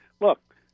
Look